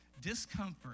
discomfort